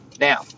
Now